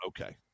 Okay